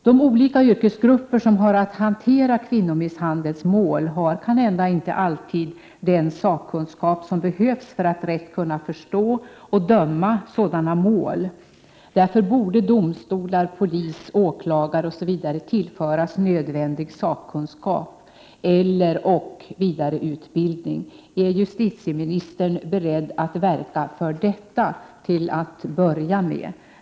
De olika yrkesgrupper som har att hantera kvinnomisshandelsmål har kanhända inte alltid den sakkunskap som behövs för att rätt kunna förstå och döma i sådana mål. Därför borde domstolar, polis, åklagare osv. tillföras nödvändig sakkunskap och/eller vidareutbildning. Är justitieministern beredd att till att börja med verka för detta?